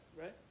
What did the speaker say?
right